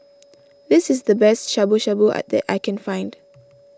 this is the best Shabu Shabu that I can find